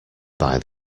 buy